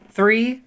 Three